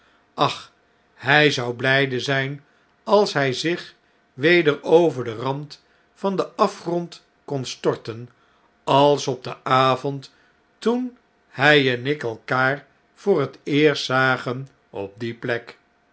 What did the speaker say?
ach hij zou bljjde zp als hij zich weder over den rand van den afgrond kon storten als op den avond toenhg en ik elkaar voor het eerst zagen op die plek